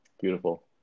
Beautiful